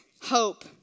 hope